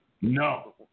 no